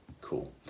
Cool